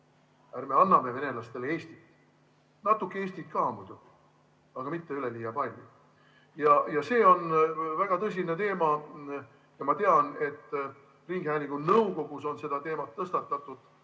ärme anname venelastele natuke Eestit. Natuke Eestit ka muidugi, aga mitte üleliia palju. See on väga tõsine teema. Ma tean, et ringhäälingu nõukogus on tõstatatud,